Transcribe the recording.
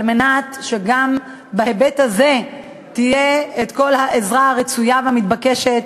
מנת שגם בהיבט הזה תהיה כל העזרה הרצויה והמתבקשת,